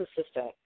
assistant